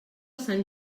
sant